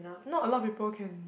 not a lot of people can